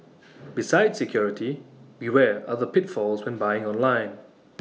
besides security beware other pitfalls when buying online